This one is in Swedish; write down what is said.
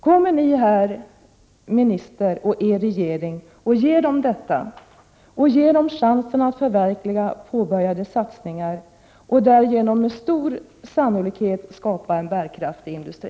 Kommer ni herr minister och er regering att ge de anställda detta och ge dem chansen att förverkliga påbörjade satsningar och därigenom med stor sannolikhet skapa en bärkraftig industri?